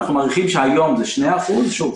אנחנו מעריכים שהיום זה 2%. שוב,